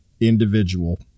individual